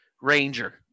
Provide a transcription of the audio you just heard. ranger